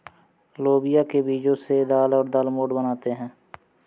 लोबिया के बीजो से दाल और दालमोट बनाते है